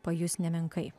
pajus nemenkai